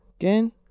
Again